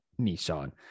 Nissan